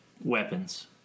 weapons